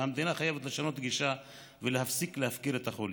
והמדינה חייבת לשנות גישה ולהפסיק להפקיר את החולים.